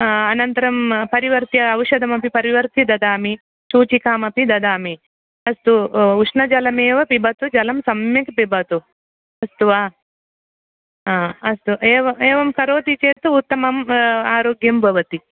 अनन्तरं परिवर्त्य औषधमपि परिवर्त्य ददामि सूचिकामपि ददामि अस्तु उष्णजलमेव पिबतु जलं सम्यक् पिबतु अस्तु वा अस्तु एव एवं करोति चेत् उत्तमम् आरोग्यं भवति